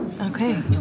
Okay